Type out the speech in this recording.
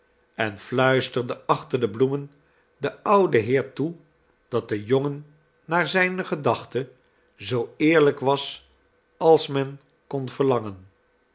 en fluisterde achter de bloemen den ouden heer toe dat de jongen naar zijne gedachten zoo eerlijk was als men kon verlangen